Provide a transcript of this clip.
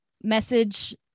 message